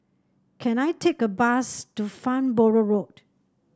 can I take a bus to Farnborough Road